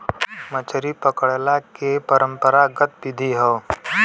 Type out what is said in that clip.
मछरी पकड़ला के परंपरागत विधि हौ